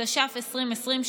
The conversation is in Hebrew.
התש"ף 2020,